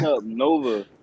nova